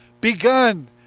Begun